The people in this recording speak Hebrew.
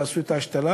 שיעשו שם את ההשתלה